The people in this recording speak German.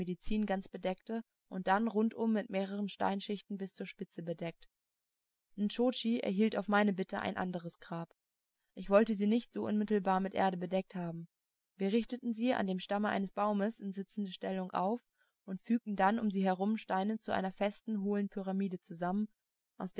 ganz bedeckte und dann rundum mit mehreren steinschichten bis zur spitze bedeckt nscho tschi erhielt auf meine bitte ein anderes grab ich wollte sie nicht so unmittelbar mit erde bedeckt haben wir richteten sie an dem stamme eines baumes in sitzende stellung auf und fügten dann um sie herum steine zu einer festen hohlen pyramide zusammen